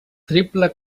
triple